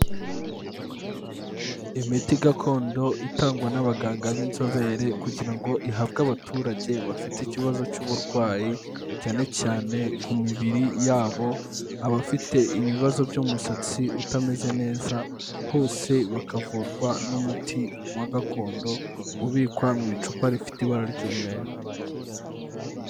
Imiti gakondo itangwa n'abaganga b'inzobere kugira ngo ihabwe abaturage bafite ikibazo cy'uburwayi, cyane cyane ku mibiri yabo, abafite ibibazo by'umusatsi utameze neza, hose bakavurwa n'umuti wa gakondo ubikwa mu icupa rifite ibara ry'umweru.